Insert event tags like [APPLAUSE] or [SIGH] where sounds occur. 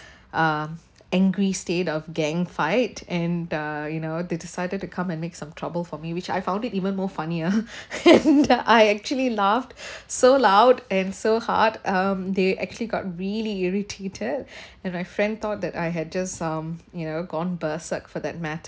uh angry state of gang fight and uh you know they decided to come and make some trouble for me which I found it even more funnier [LAUGHS] and I actually laughed so loud and so hard um they actually got really irritated and my friend thought that I had just some you know gone berserk for that matter